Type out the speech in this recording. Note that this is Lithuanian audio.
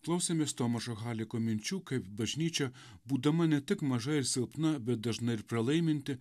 klausėmės tomašo haliko minčių kaip bažnyčia būdama ne tik maža ir silpna bet dažnai ir pralaiminti